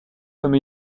comme